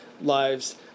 lives